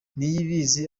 niyibizi